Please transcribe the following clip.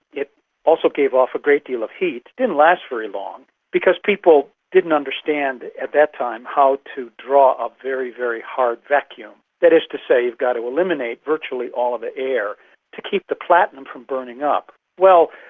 it also gave off a great deal of heat. it didn't last very long because people didn't understand at that time how to draw a very, very hard vacuum. that is to say, you've got to eliminate virtually all of the air to keep the platinum from burning up. well,